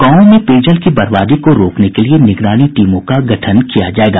गांवों में पेयजल की बर्बादी को रोकने के लिए निगरानी टीमों का गठन किया जायेगा